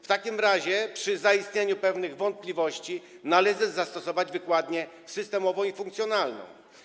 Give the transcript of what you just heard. W takim razie przy zaistnieniu pewnych wątpliwości należy zastosować wykładnię systemową i funkcjonalną.